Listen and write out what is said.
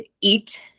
eat